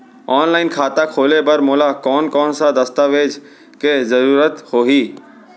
Online खाता खोले बर मोला कोन कोन स दस्तावेज के जरूरत होही?